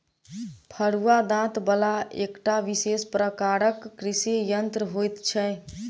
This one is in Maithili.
फरूआ दाँत बला एकटा विशेष प्रकारक कृषि यंत्र होइत छै